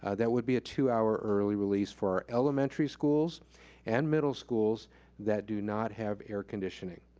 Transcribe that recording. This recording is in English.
ah that would be a two hour early release for our elementary schools and middle schools that do not have air conditioning.